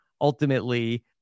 ultimately